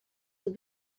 have